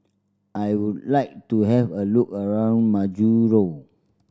I would like to have a look around Majuro